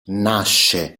nasce